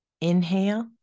Inhale